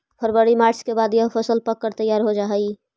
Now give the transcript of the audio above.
फरवरी मार्च के बाद यह फसल पक कर तैयार हो जा हई